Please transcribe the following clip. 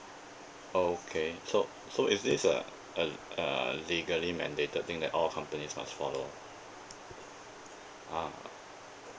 okay so so is this a a a legally mandated thing that all companies must follow ah